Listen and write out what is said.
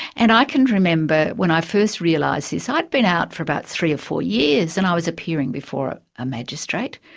and i can remember when i first realised this, i'd been out for about three or four years, and i was appearing before a magistrate,